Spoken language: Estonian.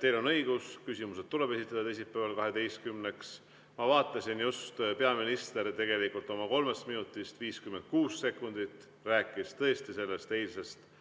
Teil on õigus, küsimused tuleb esitada teisipäeval kella 12-ks. Ma vaatasin just, peaminister tegelikult oma 3 minutist 56 sekundit rääkis tõesti sellest eilsest